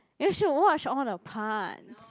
you should watch all the parts